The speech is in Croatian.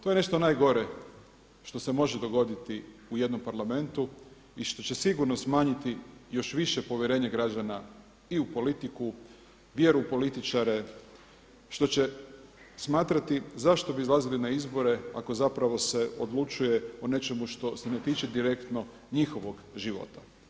To je nešto najgore što se može dogoditi u jednom Parlamentu i što će sigurno smanjiti još više povjerenje građana i u politiku, vjeru u političare, što će smatrati zašto bi izlazili na izbore ako zapravo se odlučuje o nečemu što se ne tiče direktno njihovog života.